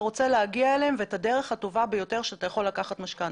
רוצה להגיע אליהן ואת הדרך הטובה ביותר שאתה יכול לקחת משכנתא.